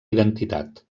identitat